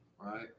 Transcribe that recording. right